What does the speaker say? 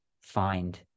find